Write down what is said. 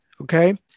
okay